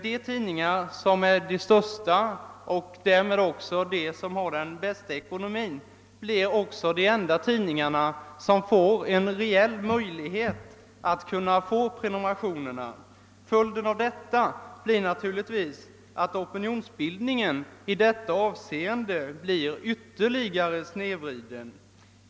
De tidningar som är störst och som har god ekonomi blir också de enda som får en reell möjlighet att erhålla prenumerationen. Följden härav blir naturligtvis att opinionsbildningen i detta avseende blir ytterligt snedvriden.